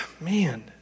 man